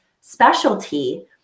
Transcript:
specialty